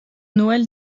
noël